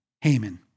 Haman